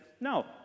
No